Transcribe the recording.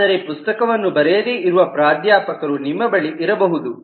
ಆದರೆ ಪುಸ್ತಕವನ್ನು ಬರೆಯದೆ ಇರುವ ಪ್ರಾಧ್ಯಾಪಕ ನಿಮ್ಮ ಬಳಿ ಇರಬಹುದು